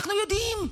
אנחנו יודעים,